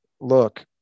look